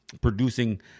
producing